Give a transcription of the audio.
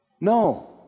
no